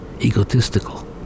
egotistical